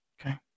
Okay